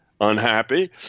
unhappy